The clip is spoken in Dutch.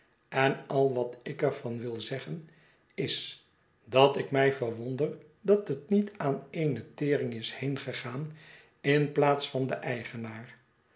en al wat ik er van wil zeggen is dat ik mij verwonder dat het niet aan eene tering is heengegaan in plaats van de eigenaar